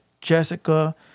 Jessica